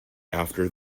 after